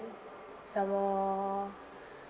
some more